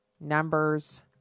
numbers